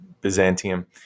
Byzantium